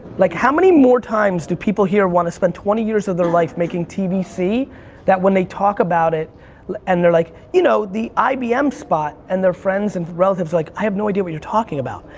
like how many more times do people here wanna spend twenty years of their life making tvc that when they talk about it and they're like you know the ibm spot and their friends and relatives are like, i have no idea what you're talking about.